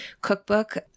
cookbook